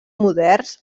moderns